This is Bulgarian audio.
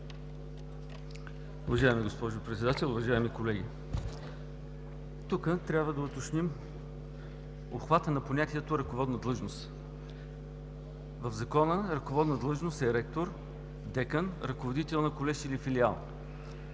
Уважаема госпожо Председател, уважаеми колеги! Тук трябва да уточним похвата на понятието „ръководна длъжност“. В Закона ръководна длъжност е ректор, декан, ръководител на колеж или филиал.